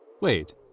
Wait